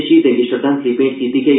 शहीदें गी श्रद्धांजलि भेंट कीती गेई